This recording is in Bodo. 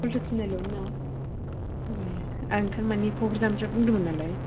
हलथु थिनालियावनोना ए आं थारमानि क'कराझारनिफ्राय बुंदोंमोन नालाय